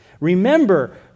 Remember